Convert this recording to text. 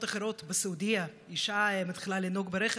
אחרות: בסעודיה אישה מתחילה לנהוג ברכב.